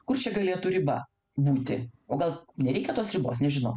kur čia galėtų riba būti o gal nereikia tos ribos nežinau